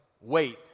wait